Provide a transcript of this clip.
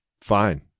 fine